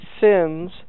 sins